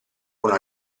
con